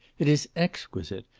it is exquisite.